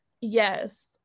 Yes